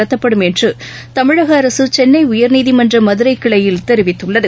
நடத்தப்படும் என்று தமிழக அரசு சென்னை உயர்நீதிமன்ற மதுரை கிளையில் தெரிவித்துள்ளது